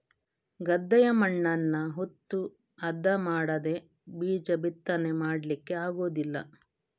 ಗದ್ದೆಯ ಮಣ್ಣನ್ನ ಉತ್ತು ಹದ ಮಾಡದೇ ಬೀಜ ಬಿತ್ತನೆ ಮಾಡ್ಲಿಕ್ಕೆ ಆಗುದಿಲ್ಲ